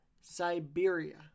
Siberia